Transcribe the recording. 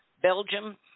Belgium